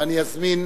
ואני אזמין,